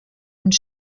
und